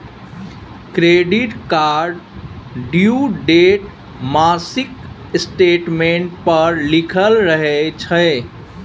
credit कार्डक due date मासिक statement पर लिखल रहय छै